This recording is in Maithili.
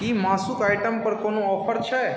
की मासुक आइटम पर कोनो ऑफर छै